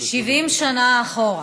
70 שנה אחורה,